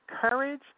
Courage